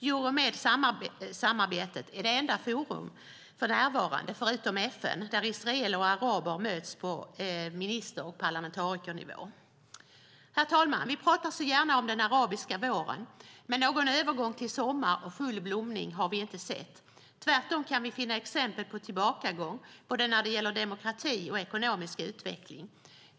Euromedsamarbetet är för närvarande det enda forum förutom FN där israeler och araber möts på minister och parlamentarikernivå. Herr talman! Vi pratar gärna om den arabiska våren, men någon övergång till sommar och full blomning har vi inte sett. Tvärtom kan vi finna exempel på tillbakagång när det gäller både demokrati och ekonomisk utveckling.